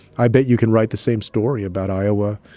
i bet you can write the same story about iowa,